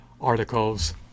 articles